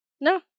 no